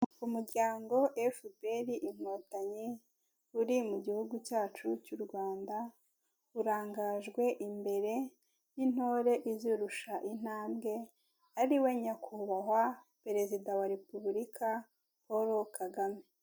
Umuryango Efuperi inkotanyi uri mu gihugu cyacu cy'u Rwanda, urangajwe imbere y'intore izirusha intambwe, ari we nyakubahwa perezida wa repubulika Paul KAGAME.